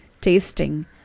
tasting